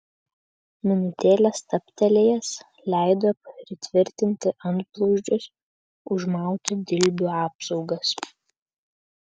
minutėlę stabtelėjęs leido pritvirtinti antblauzdžius užmauti dilbių apsaugas